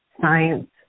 science